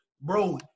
bro